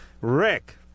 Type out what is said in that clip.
Rick